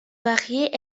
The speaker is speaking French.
variés